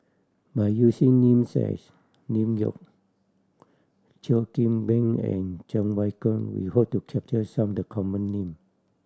by using names as Lim Geok Cheo Kim Ban and Cheng Wai Keung we hope to capture some the common name